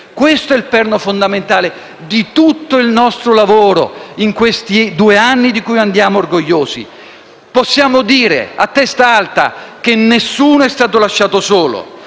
Questo è il perno fondamentale di tutto il nostro lavoro degli ultimi due anni, di cui andiamo orgogliosi. Possiamo dire a testa alta che nessuno è stato lasciato solo,